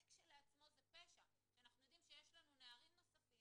זה כשלעצמו זה פשע כשאנחנו יודעים שיש לנו נערים נוספים